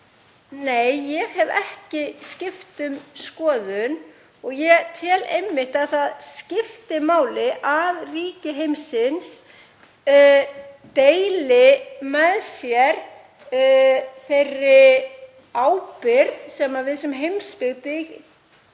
Nei, ég hef ekki skipt um skoðun. Ég tel einmitt að það skipti máli að ríki heimsins deili með sér þeirri ábyrgð sem við sem heimsbyggð